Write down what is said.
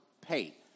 pay